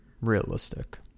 realistic